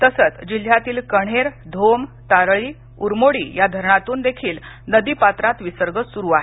तसच जिल्ह्यातील कण्हेर धोम तारळी उरमोडी या धरणातून देखील नदी पात्रात विसर्ग स्रु आहे